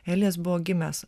elijas buvo gimęs